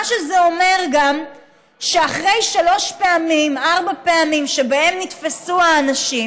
מה שזה אומר גם שאחרי שלוש-ארבע פעמים שבהן נתפסו האנשים,